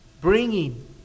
bringing